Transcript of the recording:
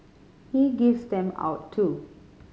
he gives them out too